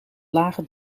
lage